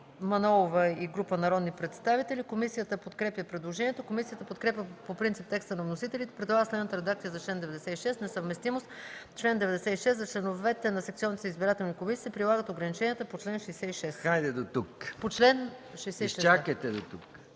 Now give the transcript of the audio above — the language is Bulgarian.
Манолова и група народни представители. Комисията подкрепя предложението. Комисията подкрепя по принцип текста на вносителите и предлага следната редакция за чл. 96: „Несъвместимост Чл. 96. За членовете на секционната избирателна комисия се прилагат ограниченията по чл. 66.” ПРЕДСЕДАТЕЛ МИХАИЛ